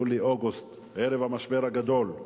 יולי-אוגוסט, ערב המשבר הגדול.